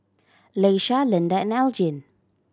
Iesha Lynda and Elgin